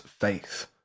faith